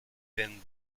then